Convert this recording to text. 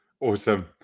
awesome